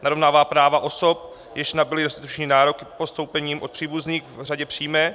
Narovnává práva osob, jež nabyly dostatečný nárok postoupením od příbuzných v řadě přímé.